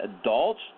adults